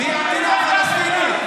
היא המדינה הפלסטינית.